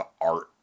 art